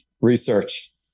research